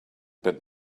but